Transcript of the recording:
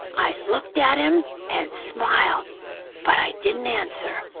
i looked at him and smiled but i didn't answer.